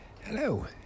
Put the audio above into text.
Hello